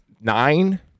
nine